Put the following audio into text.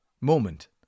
moment